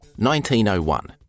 1901